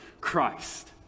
Christ